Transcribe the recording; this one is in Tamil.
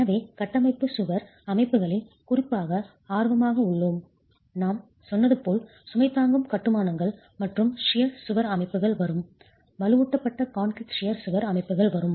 எனவே நாம் கட்டமைப்பு சுவர் அமைப்புகளில் குறிப்பாக ஆர்வமாக உள்ளோம் நான் சொன்னது போல் சுமை தாங்கும் கட்டுமானங்கள் மற்றும் ஷியர் கத்தரிப்பது சுவர் அமைப்புகள் வரும் வலுவூட்டப்பட்ட கான்கிரீட் ஷியர் கத்தரிப்பது சுவர் அமைப்புகள் வரும்